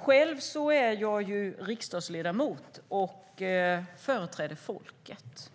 Själv är jag ju riksdagsledamot och företräder folket.